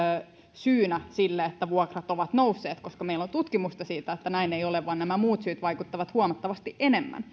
syynä siihen että vuokrat ovat nousseet koska meillä on tutkimusta siitä että näin ei ole vaan nämä muut syyt vaikuttavat huomattavasti enemmän